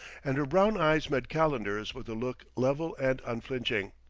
and her brown eyes met calendar's with a look level and unflinching.